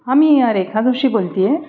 हां मी रेखा जोशी बोलते आहे